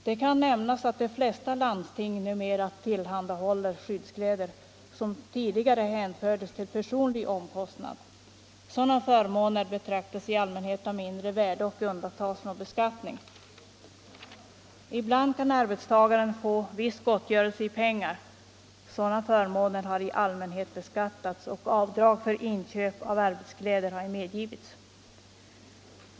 Det kan kostnader för nämnas att de flesta landsting numera tillhandahåller skyddskläder som arbetskläder tidigare hänfördes till personlig omkostnad. Sådana förmåner anses i allmänhet vara av mindre värde och undantas från beskattning. Ibland kan arbetstagaren få viss gottgörelse i pengar. Sådana förmåner har ju i allmänhet beskattats, och avdrag för inköp av arbetskläder har ej medgivits.